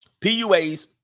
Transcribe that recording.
PUAs